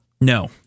No